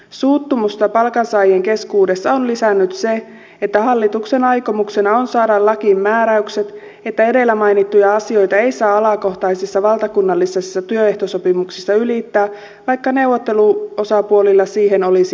suuttumusta palkansaajien keskuudessa on lisännyt se että hallituksen aikomuksena on saada lakiin määräykset että edellä mainittuja asioita ei saa alakohtaisissa valtakunnallisissa työehtosopimuksissa ylittää vaikka neuvotteluosapuolilla siihen olisi halua